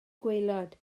gwaelod